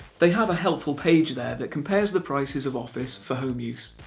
they have a helpful page there that compares the prices of office for home use.